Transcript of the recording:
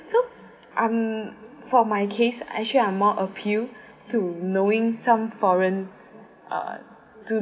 so um for my case actually I'm more appeal to knowing some foreign uh to